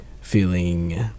feeling